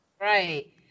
Right